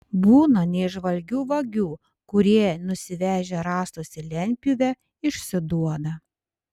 būna neįžvalgių vagių kurie nusivežę rąstus į lentpjūvę išsiduoda